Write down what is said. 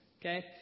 Okay